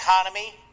economy